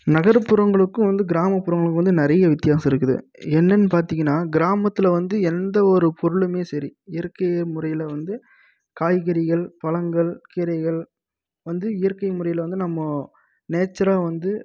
நகர்ப்புறங்களுக்கும் வந்து கிராமப்புறங்களுக்கு வந்து நிறைய வித்தியாசம் இருக்குது என்னனு பார்த்தீங்கனா கிராமத்தில் வந்து எந்த ஒரு பொருளுமே சரி இயற்கை முறையில் வந்து காய்கறிகள் பழங்கள் கீரைகள் வந்து இயற்கை முறையில் வந்து நம்ம நேச்சராக வந்து